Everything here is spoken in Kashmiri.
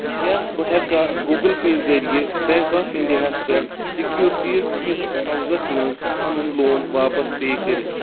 کیٛاہ بہٕ ہٮ۪کا گوٗگٕل پے ذٔریعہٕ بیٚنٛک آف انٛڈیا ہَس پٮ۪ٹھ سیکیورٹیز کِس اوزَس منٛز پَنُن لون واپس پے کٔرِتھ؟